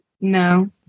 No